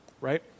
right